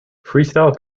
freestyle